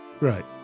Right